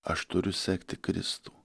aš turiu sekti kristų